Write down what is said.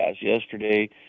yesterday